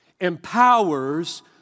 empowers